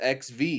XV